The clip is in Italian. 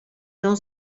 non